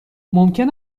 ممکن